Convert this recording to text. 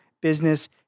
Business